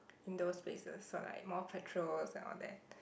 in those places so like more patrols and all that